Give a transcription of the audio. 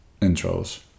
intros